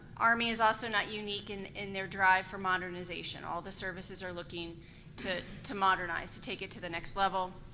army is also no unique and in their drive for modernization. all the services are looking to to modernize, to take it to the next level.